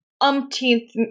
umpteenth